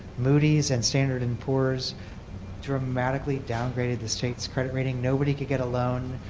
moody's and standard and poors dramatically downgraded the state's credit rating. nobody could get a loan.